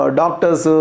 doctors